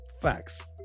facts